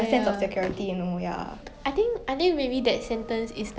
but then it's like more of like long term then you are like uh actually